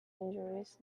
injuries